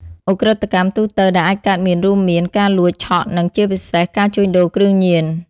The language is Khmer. ឧក្រិដ្ឋកម្មទូទៅដែលអាចកើតមានរួមមាន ការលួច ឆក់ និងជាពិសេស ការជួញដូរគ្រឿងញៀន។